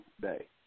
day